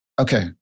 Okay